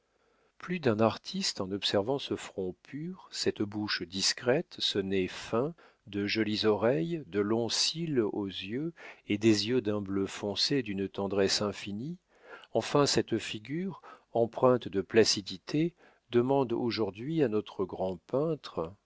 plus d'un artiste en observant ce front pur cette bouche discrète ce nez fin de jolies oreilles de longs cils aux yeux et des yeux d'un bleu foncé d'une tendresse infinie enfin cette figure empreinte de placidité demande aujourd'hui à notre grand peintre